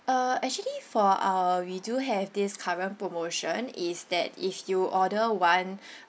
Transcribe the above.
uh actually for our we do have this current promotion is that if you order one